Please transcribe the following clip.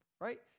right